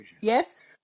Yes